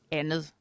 andet